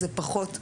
זה פחות קורה.